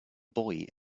boy